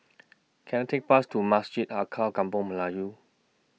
Can I Take Bus to Masjid Alkaff Kampung Melayu